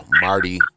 Marty